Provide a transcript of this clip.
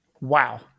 Wow